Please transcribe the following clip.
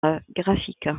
graphique